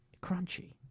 Crunchy